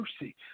mercy